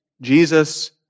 Jesus